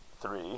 three